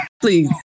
please